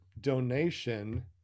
donation